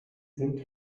sind